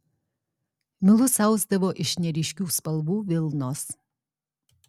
milus ausdavo iš neryškių spalvų vilnos